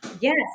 Yes